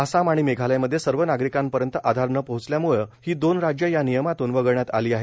आसाम आणि मेघालयमधे सर्व नागरिकांपर्यंत आधार न पोचल्यामुळे ही दोन राज्य या नियमातून वगळण्यात आली आहेत